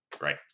Right